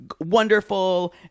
wonderful